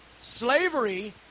Slavery